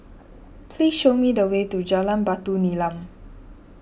please show me the way to Jalan Batu Nilam